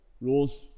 rules